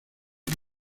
los